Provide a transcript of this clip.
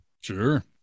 Sure